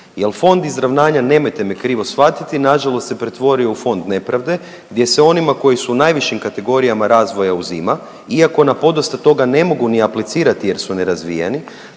jer Fond izravnanja nemojte me krivo shvatiti na žalost se pretvorio u Fond nepravde gdje se onima koji su u najvišim kategorijama razvoja uzima, iako na podosta toga ne mogu ni aplicirati jer su nerazvijeni